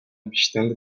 bestände